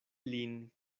lin